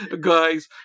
guys